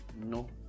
no